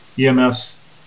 EMS